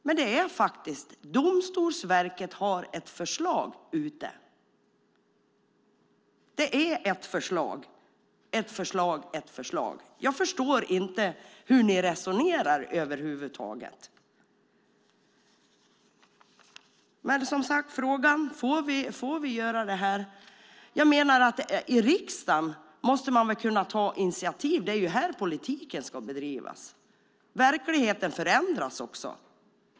Men Domstolsverket har faktiskt ett förslag ute. Det är ett förslag. Jag förstår inte hur ni resonerar över huvud taget. Som sagt, frågan är: Får vi göra detta? I riksdagen måste man väl kunna ta initiativ. Det är ju här politiken ska bedrivas. Verkligheten förändras, dessutom.